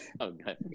Okay